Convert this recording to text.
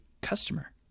customer